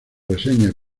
reseñas